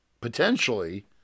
potentially